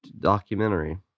documentary